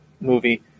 movie